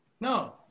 No